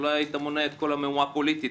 אולי היית מונע את כל המהומה הפוליטית,